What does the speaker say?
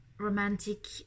romantic